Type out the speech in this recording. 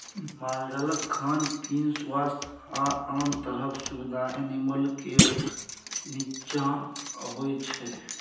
मालजालक खान पीन, स्वास्थ्य आ आन तरहक सुबिधा एनिमल केयरक नीच्चाँ अबै छै